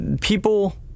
People